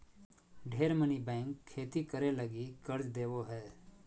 ढेर मनी बैंक खेती करे लगी कर्ज देवो हय